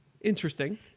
Interesting